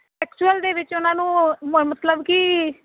actual ਦੇ ਵਿੱਚ ਉਹਨਾਂ ਨੂੰ ਮਤਲਬ ਕਿ